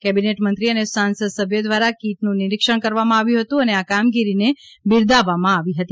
cabinet મંત્રી અને સાંસદ સભ્ય દ્વારા કીટનું નિરીક્ષણ કરવામાં આવ્યું હતું અને આ કામગીરીને બિરદાવવામાં આવી હતી